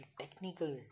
technical